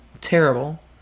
terrible